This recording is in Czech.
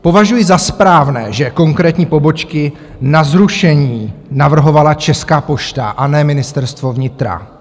Považuji za správné, že konkrétní pobočky na zrušení navrhovala Česká pošta a ne Ministerstvo vnitra.